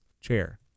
chair